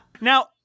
Now